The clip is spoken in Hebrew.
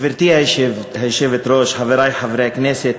גברתי היושבת-ראש, חברי חברי הכנסת,